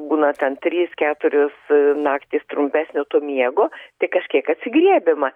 būna ten trys keturios naktys trumpesnė to miego tai kažkiek atsigriebiama